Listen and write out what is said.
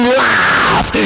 laugh